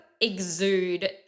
exude